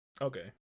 Okay